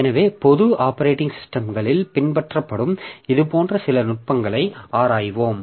எனவே பொது ஆப்பரேட்டிங் சிஸ்டம்களில் பின்பற்றப்படும் இதுபோன்ற சில நுட்பங்களை ஆராய்வோம்